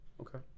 Okay